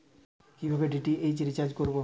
কিভাবে DTH recharge করব?